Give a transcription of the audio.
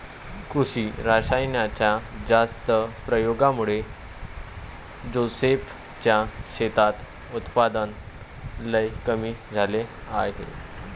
कृषी रासायनाच्या जास्त प्रयोगामुळे जोसेफ च्या शेतात उत्पादन लई कमी झाले आहे